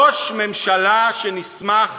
ראש ממשלה שנסמך